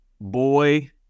boy